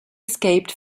escaped